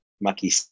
mucky